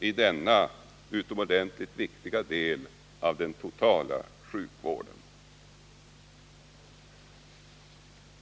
i denna utomordentligt viktiga del av den totala sjukvården.